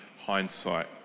hindsight